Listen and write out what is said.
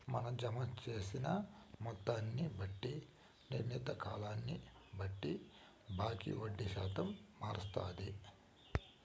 మన జమ జేసిన మొత్తాన్ని బట్టి, నిర్ణీత కాలాన్ని బట్టి బాంకీ వడ్డీ శాతం మారస్తాది